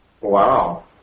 Wow